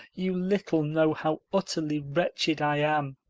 you little know how utterly wretched i am.